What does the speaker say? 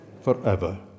forever